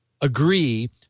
agree